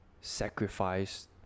Sacrifice